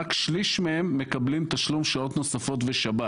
רק שליש מהם מקבלים תוספת על שעות נוספות ושבת,